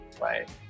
right